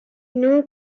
non